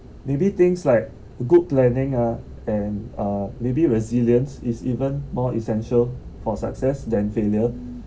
maybe things like good planning ah and uh maybe resilience is even more essential for success than failure